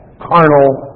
carnal